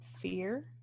Fear